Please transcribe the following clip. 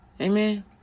Amen